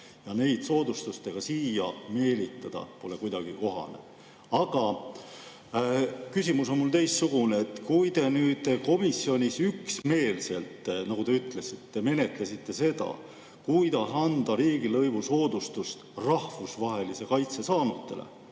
Neid soodustustega siia meelitada pole kuidagi kohane. Aga küsimus on mul teistsugune. Te nüüd komisjonis üksmeelselt, nagu te ütlesite, menetlesite seda, kuidas anda riigilõivusoodustust rahvusvahelise kaitse saanutele